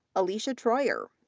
alicia troyer,